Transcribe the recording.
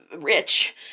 rich